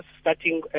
starting